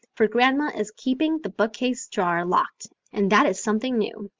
for grandma is keeping the bookcase drawer locked and that is something new.